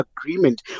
Agreement